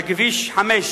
על כביש 5,